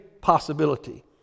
possibility